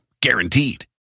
Guaranteed